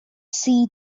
see